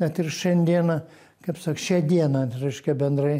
net ir šiandieną kaip sak šią dieną tai reiškia bendrai